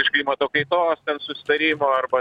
iš klimato kaitos susitarimo arba